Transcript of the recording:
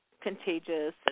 contagious